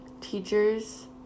Teachers